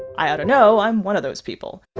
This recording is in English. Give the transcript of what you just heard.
i ought to know. i'm one of those people